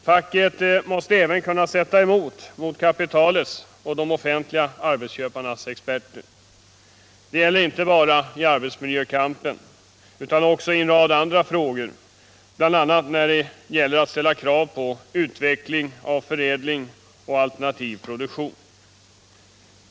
Facket måste även kunna sätta emot i förhållande till kapitalets och de offentliga arbetsköparnas experter. Detta gäller inte bara i arbetsmiljökampen utan också i en rad andra frågor, bl.a. då man skall ställa krav på utveckling av förädling och alternativ produktion.